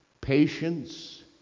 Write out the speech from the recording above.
patience